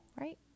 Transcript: right